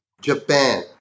Japan